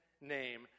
name